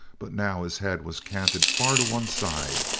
but now his head was canted far to one side,